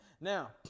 Now